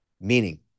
meaning